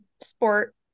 sport